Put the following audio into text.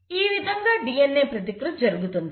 ఈ విధంగా DNA ప్రతికృతి జరుగుతుంది